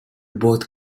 both